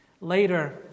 Later